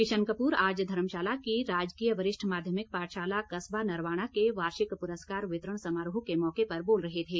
किशन कपूर आज धर्मशाला की राजकीय वरिष्ठ माध्यमिक पाठशाला कस्बा नरवाणा के वार्षिक प्रस्कार वितरण समारोह के मौके पर बोल रहे थे